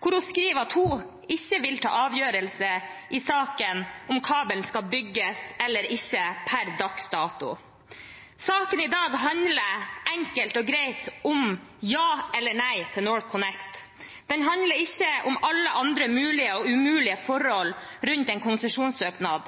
hvor hun skriver at hun per dags dato ikke vil ta en avgjørelse i saken om kabel skal bygges eller ikke. Saken i dag handler enkelt og greit om ja eller nei til NorthConnect. Den handler ikke om alle andre mulige og umulige forhold rundt en konsesjonssøknad.